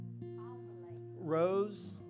Rose